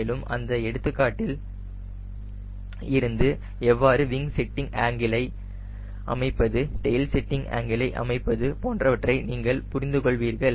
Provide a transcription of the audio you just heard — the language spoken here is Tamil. மேலும் அந்த எடுத்துக்காட்டில் இருந்து எவ்வாறு விங் செட்டிங் ஆங்கிளை அமைப்பது டெயில் செட்டிங் ஆங்கிளை அமைப்பது போன்றவற்றை நீங்கள் புரிந்து கொள்வீர்கள்